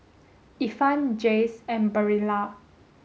Ifan Jays and Barilla